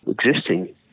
existing